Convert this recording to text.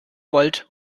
wollt